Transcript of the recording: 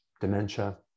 dementia